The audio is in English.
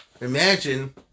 Imagine